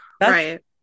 Right